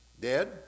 Dead